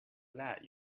lad